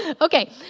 Okay